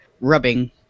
rubbing